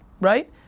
right